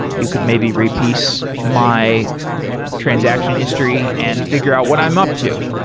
you could maybe re-piece my transaction history and figure out what i'm up to.